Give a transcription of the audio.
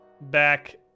back